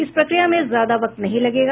इस प्रक्रिया में ज्यादा वक्त नहीं लगेगा